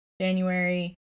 January